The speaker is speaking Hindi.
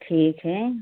ठीक है